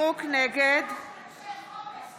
נגד אנשי חומש, נגד ההתעללות,